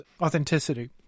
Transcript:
authenticity